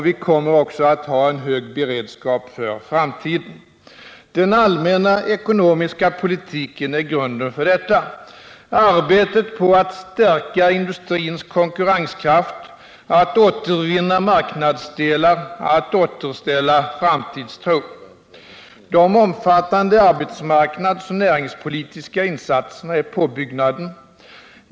Vi kommer också att ha en hög beredskap för framtiden. Grunden för detta är den allmänna ekonomiska politiken, dvs. arbetet på att stärka industrins konkurrenskraft, att återvinna marknadsandelar och att återställa framtidstron. De omfattande arbetsmarknadsoch näringspolitiska insatserna är påbyggnaden.